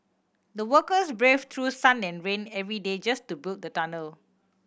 the workers braved through sun and rain every day just to build the tunnel